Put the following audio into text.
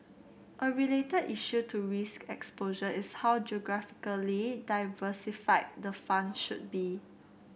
a related issue to risk exposure is how geographically diversified the fund should be